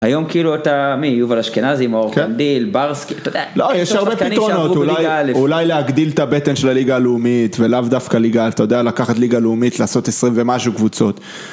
היום כאילו אתה מי יובל אשכנזי, מאור קנדיל, ברסקי, אתה יודע. לא, יש הרבה פתרונות, אולי להגדיל את הבטן של הליגה הלאומית, ולאו דווקא ליגה, אתה יודע, לקחת ליגה לאומית לעשות 20 ומשהו קבוצות.